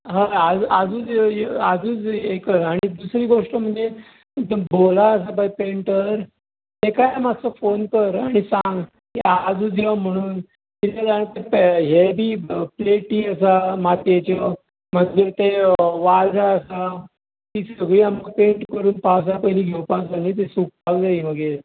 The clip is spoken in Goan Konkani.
हय आजूच आजूच यो यो आजूच हे कर आनी दुसरी गोश्ट म्हणजे भोला आसा पळय पँटर तेकाय मात्सो फॉन कर आनी सांग की आजूच यो म्हणून कित्याक सांग ते हे बी प्लॅटी आसा मातयेच्यो मागीर ते वाजा आसा ती सगळ्यो आमकां पँट करून पावसा पयलीं घेवपाक जाय सुकपाक जाय मागीर